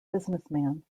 businessman